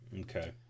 Okay